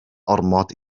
ormod